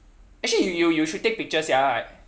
actually you you should take pictures sia I